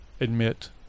admit